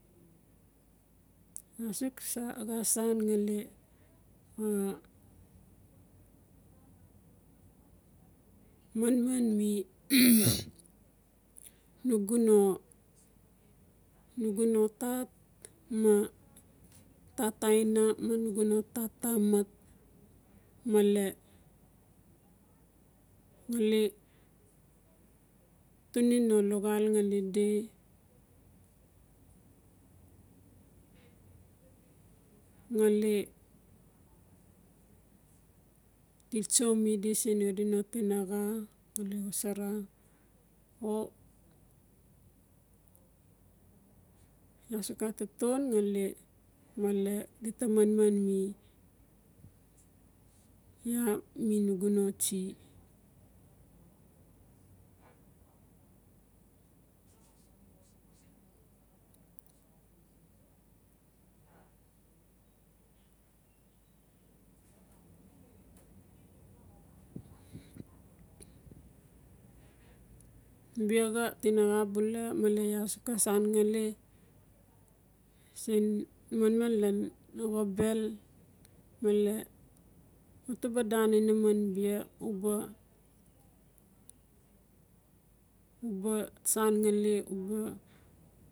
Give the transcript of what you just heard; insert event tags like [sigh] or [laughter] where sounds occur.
A suk so xa san ngali a manman mi [noise] nugu no tat, ma tat iana mi nugu tat tamat. Male tuni no luxal ngali di, [hesitation] ngali tsotso mi di siin xa di no tinaxa ngali wasara. Iaa suk a taton ngali male di ta manman mi iaa mi nugu no tsi [noise] bexa tinaxa bula male iaa suk a san ngali, siin manman lan xabel [noise] male no tuba da inaman bia u ba sa ngali u ba.